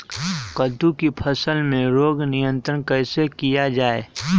कददु की फसल में रोग नियंत्रण कैसे किया जाए?